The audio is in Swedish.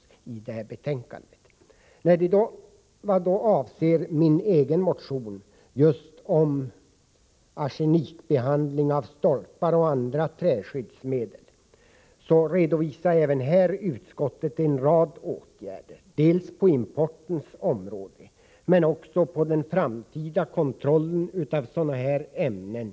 Vad gäller den motion som har mitt namn som första namn och som avser arsenikbehandling av stolpar och även andra träskyddsfoder redovisar utskottet en rad förslag till åtgärder dels på importens område, dels när det gäller den framtida kontrollen av sådana här ämnen.